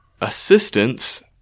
assistance